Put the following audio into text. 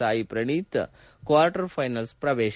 Sai Praneeth quarter final ಪ್ರವೇಶ